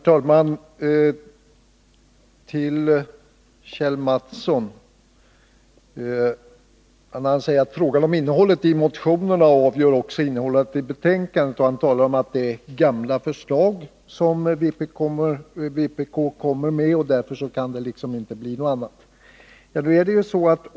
Herr talman! Kjell Mattsson säger att innehållet i motionerna avgör också innehållet i betänkandet och talar om att det är gamla förslag som vpk kommer med och att resultatet därför inte kan bli något annat.